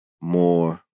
more